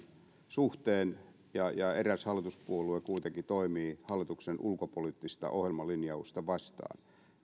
suhteen ja ja eräs hallituspuolue kuitenkin toimii hallituksen ulkopoliittista ohjelmalinjausta vastaan ja